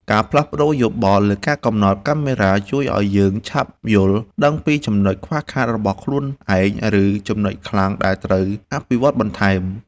ការផ្លាស់ប្តូរយោបល់លើការកំណត់កាមេរ៉ាជួយឱ្យយើងឆាប់យល់ដឹងពីចំណុចខ្វះខាតរបស់ខ្លួនឯង ឬ ចំណុចខ្លាំងដែលត្រូវអភិវឌ្ឍបន្ថែម។